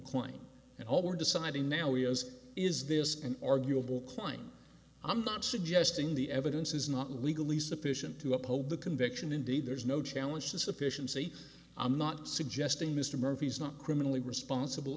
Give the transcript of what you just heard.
klein and all we're deciding now is is this an arguable klein i'm not suggesting the evidence is not legally sufficient to uphold the conviction indeed there's no challenge to sufficiency i'm not suggesting mr murphy is not criminally responsible